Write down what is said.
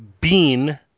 Bean